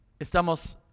Estamos